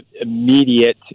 immediate